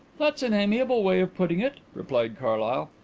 that's an amiable way of putting it, replied carlyle.